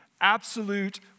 absolute